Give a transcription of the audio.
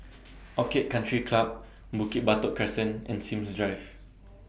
Orchid Country Club Bukit Batok Crescent and Sims Drive